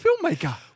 filmmaker